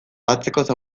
atzekoz